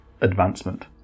advancement